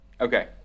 Okay